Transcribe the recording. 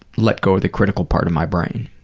let go of the critical part of my brain.